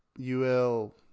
UL